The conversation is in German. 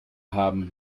haben